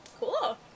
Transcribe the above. Cool